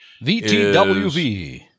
VTWV